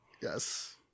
Yes